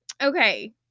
okay